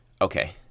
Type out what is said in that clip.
okay